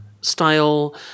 style